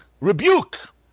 Rebuke